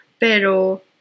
Pero